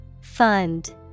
fund